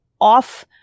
off